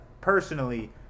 personally